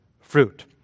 fruit